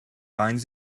binds